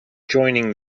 joining